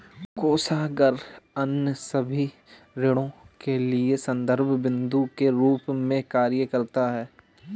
कोषागार अन्य सभी ऋणों के लिए संदर्भ बिन्दु के रूप में कार्य करता है